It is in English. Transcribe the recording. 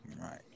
Right